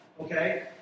Okay